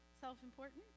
self-important